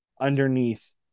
underneath